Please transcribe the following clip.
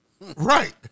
right